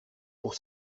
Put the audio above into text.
pour